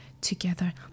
together